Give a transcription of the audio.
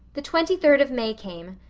the twenty-third of may came.